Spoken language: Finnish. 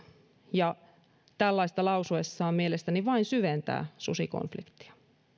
ja tällaista lausuessaan mielestäni vain syventää susikonfliktia